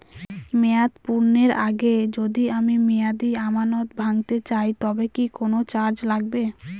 মেয়াদ পূর্ণের আগে যদি আমি মেয়াদি আমানত ভাঙাতে চাই তবে কি কোন চার্জ লাগবে?